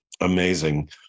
amazing